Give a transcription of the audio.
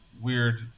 weird